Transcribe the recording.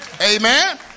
amen